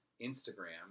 Instagram